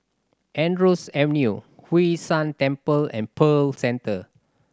Andrews Avenue Hwee San Temple and Pearl Centre